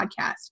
podcast